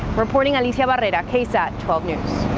reporting on detail about it it at ksat twelve news.